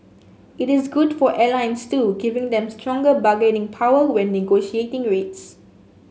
it is good for airlines too giving them stronger bargaining power when negotiating rates